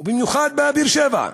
במיוחד בבאר-שבע.